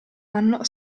anno